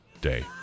day